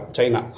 China